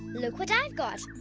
look what i've got!